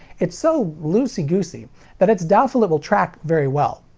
it's so loosey-goosey that it's doubtful it will track very well.